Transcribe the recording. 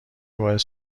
باعث